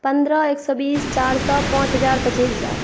पन्द्रह एक सए बीस चारि सए पाॅंच हजार पच्चीस हजार